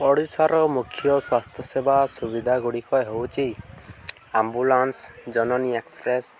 ଓଡ଼ିଶାର ମୁଖ୍ୟ ସ୍ୱାସ୍ଥ୍ୟ ସେବା ସୁବିଧା ଗୁଡ଼ିକ ହେଉଛି ଆମ୍ବୁଲାନ୍ସ ଜନନୀ ଏକ୍ସପ୍ରେସ୍